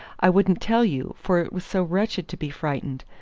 i wouldn't tell you, for it was so wretched to be frightened.